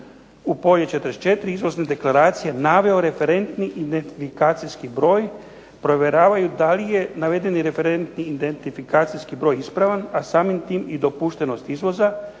u polje 44. Izvozne deklaracije naveo referentni identifikacijski broj, provjeravaju da li je navedeni referentni identifikacijski broj ispravan, a samim tim i dopuštenost izvoza,